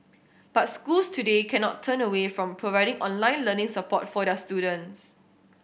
but schools today cannot turn away from providing online learning support for their students